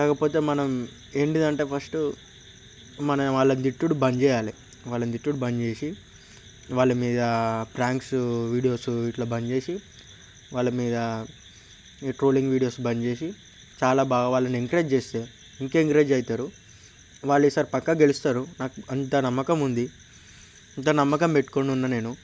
కాకపోతే మనం ఏంటిదంటే ఫస్ట్ మనం వాళ్ళని తిట్టుడు బంద్ చేయాలి వాళ్ళని తిట్టుడు బంద్ చేసి వాళ్ల మీద ప్రాంక్స్ వీడియోస్ ఇట్లా బంద్ చేసి వాళ్ళ మీద ట్రోలింగ్ వీడియోస్ బంద్ చేసి చాలా బాగా వాళ్ళని ఎంకరేజ్ చేస్తే ఇంకా ఎంకరేజ్ అవుతారు వాళ్లు ఈసారి పక్కా గెలుస్తారు నాకు అంత నమ్మకం ఉంది ఇంత నమ్మకం పెట్టుకొని ఉన్నా నేను